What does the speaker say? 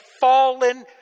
fallen